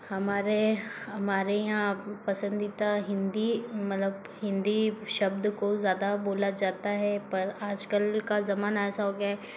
हमारे हमारे यहाँ पसंदीदा हिन्दी मतलब हिन्दी शब्द को ज़्यादा बोला जाता है पर आज कल का ज़माना ऐसा हो गया है